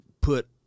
put